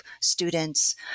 students